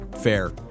fair